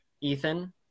Ethan